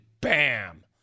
bam